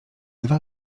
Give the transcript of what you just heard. dwa